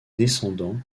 descendants